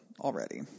already